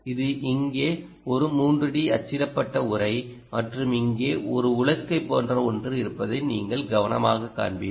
இது இங்கே ஒரு 3D அச்சிடப்பட்ட உறை மற்றும் இங்கே ஒரு உலக்கை போன்ற ஒன்று இருப்பதை நீங்கள் கவனமாகக் காண்பீர்கள்